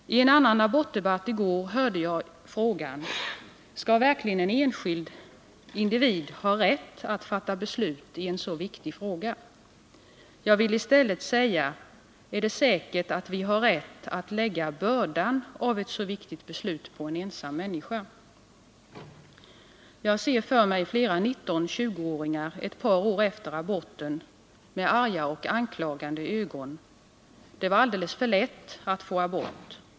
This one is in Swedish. I en annan abortdebatt hörde jag frågan: Skall verkligen en enskild individ ha rätt att fatta beslut i en så viktig fråga? Jag vill i stället säga: Är det säkert att vi har rätt att lägga bördan av ett så viktigt beslut på en ensam människa? Jag ser för mig flera nitton-tjugoåringar, ett par år efter aborten, med arga och anklagande ögon: Det var alldeles för lätt att få abort.